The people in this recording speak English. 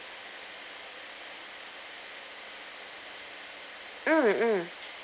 mm mm